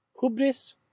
HUBRIS